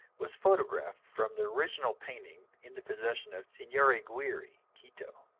was photographed from the original painting in the possession of sr. aguirre, quito.